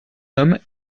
homme